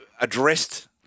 addressed